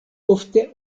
ofte